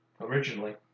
Originally